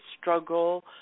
struggle